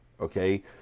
Okay